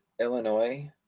illinois